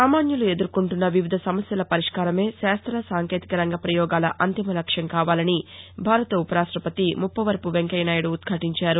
సామాన్యులు ఎదుర్కొంటున్న వివిధ సమస్యల పరిష్కారమే శాస్త సాంకేతిక రంగ ప్రయోగాల అంతిమ లక్ష్మం కావాలని భారత ఉపరాష్టపతి ముప్పవరపు వెంకయ్యనాయుడు ఉదాలించారు